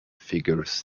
figures